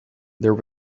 there